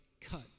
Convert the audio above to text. cut